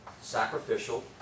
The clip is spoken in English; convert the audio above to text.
Sacrificial